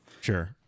Sure